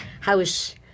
House